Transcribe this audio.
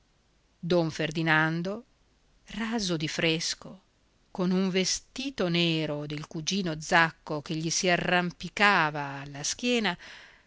don ferdinando raso di fresco con un vestito nero del cugino zacco che gli si arrampicava alla schiena